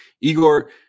Igor